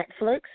Netflix